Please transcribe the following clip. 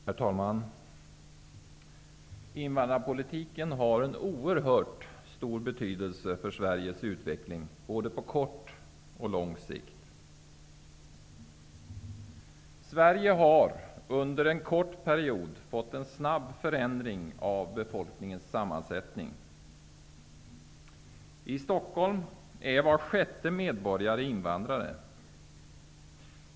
Herr talman! Invandrarpolitiken har en oerhört stor betydelse för Sveriges utveckling på både kort och lång sikt. Sverige har under en kort period fått en snabb förändring av befolkningens sammansättning. I Stockholm är var sjätte medborgare invandrare.